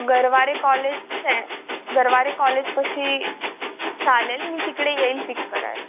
गरवारे कॉलेजचे गरवारे कॉलेजपशी चालेल मी तिकडे येईल पिक करायला